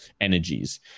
energies